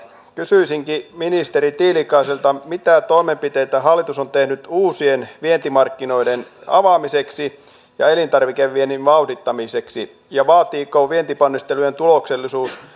kysyisinkin ministeri tiilikaiselta mitä toimenpiteitä hallitus on tehnyt uusien vientimarkkinoiden avaamiseksi ja elintarvikeviennin vauhdittamiseksi vaatiiko vientiponnistelujen tuloksellisuus